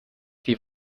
die